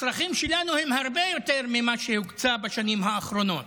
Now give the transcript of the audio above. הצרכים שלנו הם הרבה יותר ממה שהוקצה בשנים האחרונות,